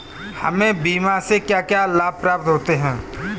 हमें बीमा से क्या क्या लाभ प्राप्त होते हैं?